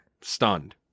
stunned